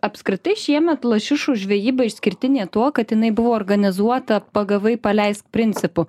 apskritai šiemet lašišų žvejyba išskirtinė tuo kad jinai buvo organizuota pagavai paleisk principu